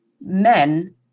men